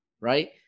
right